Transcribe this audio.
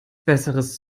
besseres